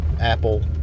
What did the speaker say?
Apple